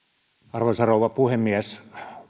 arvoisa rouva puhemies